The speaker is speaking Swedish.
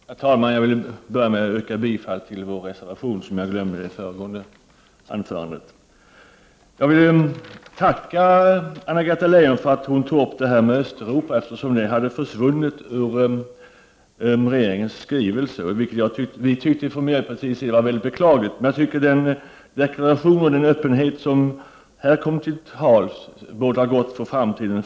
Herr talman! Jag vill börja med att yrka bifall till vår reservation, som jag glömde i mitt förra anförande. Så vill jag tacka Anna-Greta Leijon för att hon tog upp utvecklingen i Östeuropa. Att det inte fanns med i regeringens skrivelse tyckte vi från miljöpartiets sida var mycket beklagligt. Den deklaration och öppenhet som här kom till tals bådar gott för framtiden.